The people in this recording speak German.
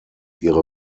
ihre